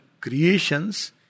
creation's